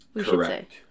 Correct